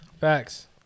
Facts